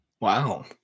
Wow